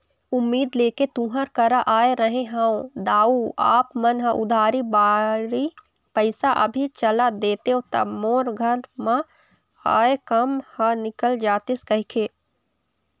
उम्मीद लेके तुँहर करा आय रहें हँव दाऊ आप मन ह उधारी बाड़ही पइसा अभी चला देतेव त मोर घर म आय काम ह निकल जतिस कहिके